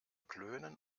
klönen